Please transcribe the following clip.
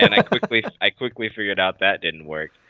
and i quickly i quickly figured out that didn't work.